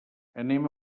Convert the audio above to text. anem